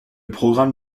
programme